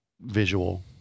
visual